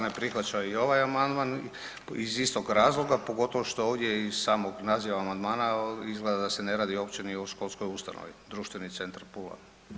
ne prihvaća i ovaj amandman iz istog razloga, pogotovo što ovdje iz samog naziva amandmana izgleda da se ne radi uopće ni o školskoj ustanovi, Društveni centar Pula.